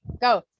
go